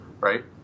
right